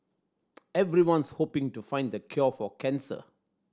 everyone's hoping to find the cure for cancer